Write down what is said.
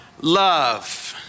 love